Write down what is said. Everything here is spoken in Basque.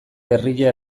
herria